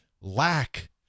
Lack